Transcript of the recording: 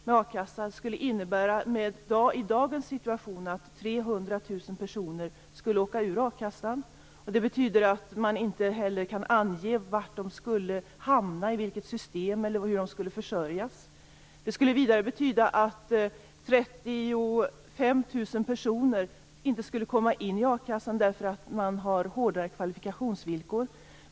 Det skulle i dagens situation innebära att 300 000 personer skulle åka ur a-kassan. Det betyder att man inte heller kan ange i vilket system de skulle hamna eller hur de skulle försörjas. Det skulle vidare betyda att 35 000 personer inte skulle komma in i a-kassan, därför att man har hårdare kvalifikationsvillkor.